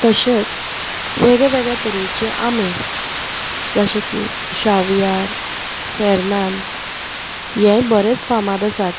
तशेंच वेगळे वेगळे तरेचे आंबे जशे की शावियार फेरनांद हेय बरेच फामाद आसात